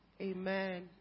Amen